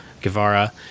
Guevara